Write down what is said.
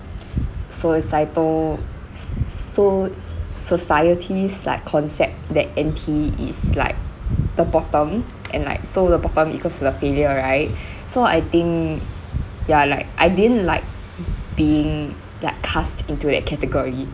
so it's like those so so so society's like concept that NT is like the bottom and like so the bottom equals to the failure right so I think ya like I didn't like being like cast into that category